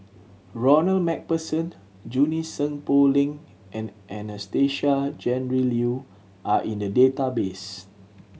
Ronald Macpherson Junie Sng Poh Leng and Anastasia Tjendri Liew are in the database